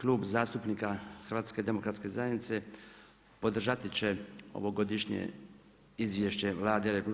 Klub zastupnika HDZ-a podržati će ovogodišnje Izvješće Vlade RH